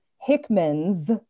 Hickman's